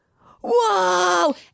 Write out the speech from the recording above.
Whoa